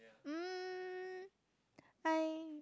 um I